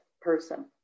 person